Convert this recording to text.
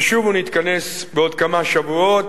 נשוב ונתכנס בעוד כמה שבועות,